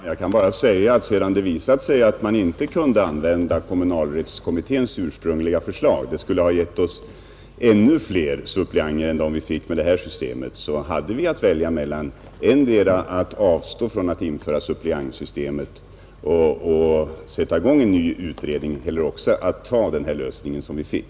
Fru talman! Jag kan bara säga att sedan det visat sig att man inte kunde använda kommunalrättskommitténs ursprungliga förslag — det skulle ha givit oss ännu flera suppleanter än vi fick med detta system — hade vi att välja mellan å ena sidan att avstå från att införa suppleantsystemet och sätta i gång en ny utredning och å andra sidan att ta den lösning som vi fick.